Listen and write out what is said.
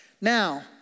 Now